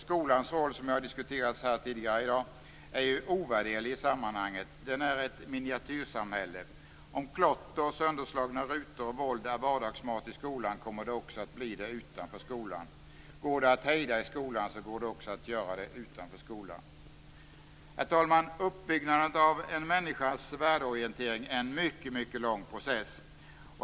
Skolans roll, som ju har diskuterats tidigare i dag, är ovärderlig i sammanhanget. Den är ett miniatyrsamhälle. Om klotter, sönderslagna rutor och våld är vardagsmat i skolan kommer det också att bli det utanför skolan. Går det att hejda i skolan går det också att hejda utanför skolan. Herr talman! Uppbyggnaden av en människas värdeorientering är en mycket lång process.